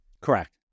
Correct